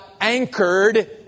anchored